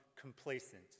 complacent